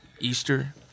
Easter